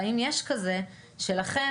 והאם יש כזה שלכם,